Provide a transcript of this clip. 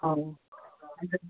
ꯑꯧ